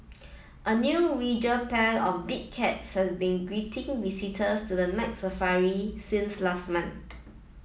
a new regal pair of big cats has been greeting visitors to the Night Safari since last month